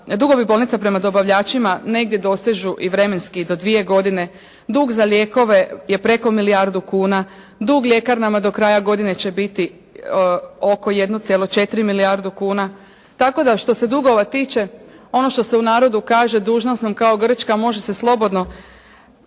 dugovi bolnica prema dobavljačima negdje dosežu vremenski i do dvije godine, dug za lijekove je preko milijardu kunu, dug ljekarnama do kraja godine će biti oko 1,4 milijarde kuna. Tako da što se dugova tiče, ono što se u narodu kaže: "dužna sam kao Grčka" Može se slobodno